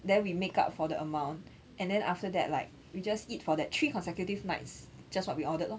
then we make up for the amount and then after that like we just eat for the three consecutive nights just what we ordered lor